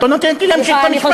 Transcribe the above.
את לא נותנת לי להמשיך את המשפט.